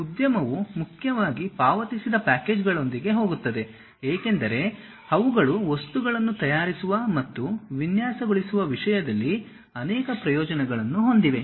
ಉದ್ಯಮವು ಮುಖ್ಯವಾಗಿ ಪಾವತಿಸಿದ ಪ್ಯಾಕೇಜ್ಗಳೊಂದಿಗೆ ಹೋಗುತ್ತದೆ ಏಕೆಂದರೆ ಅವುಗಳು ವಸ್ತುಗಳನ್ನು ತಯಾರಿಸುವ ಮತ್ತು ವಿನ್ಯಾಸಗೊಳಿಸುವ ವಿಷಯದಲ್ಲಿ ಅನೇಕ ಪ್ರಯೋಜನಗಳನ್ನು ಹೊಂದಿವೆ